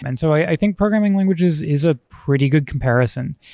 and so i think programming languages is a pretty good comparison,